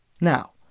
Now